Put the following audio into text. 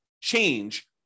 change